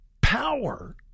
power